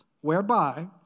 whereby